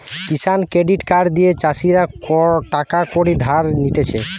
কিষান credit card দিয়ে চাষীরা টাকা কড়ি ধার নিতেছে